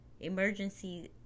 Emergency